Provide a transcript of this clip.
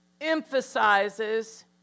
emphasizes